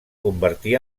convertí